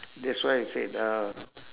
that's why I said the